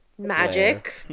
magic